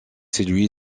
celui